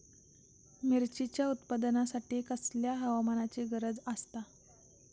मिरचीच्या उत्पादनासाठी कसल्या हवामानाची गरज आसता?